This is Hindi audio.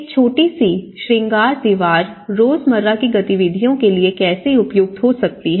एक छोटी सी श्रृंगार दीवार रोजमर्रा की गतिविधियों के लिए कैसे उपयुक्त हो सकती है